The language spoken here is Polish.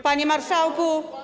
Panie Marszałku!